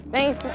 Thanks